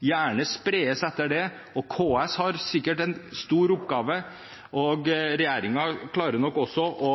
gjerne spres etter det. KS har sikkert en stor oppgave, og regjeringen klarer nok også å